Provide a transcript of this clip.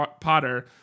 Potter